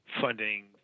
funding